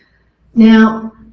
now